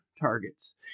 targets